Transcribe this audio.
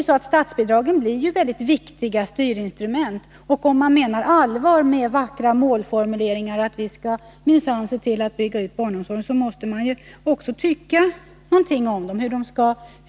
Statsbidragen blir ju väldigt viktiga styrinstrument, och om man menar allvar med vackra målformuleringar, som att ”vi skall minsann se till att bygga ut barnomsorgen”, måste man också tycka någonting om själva utformningen.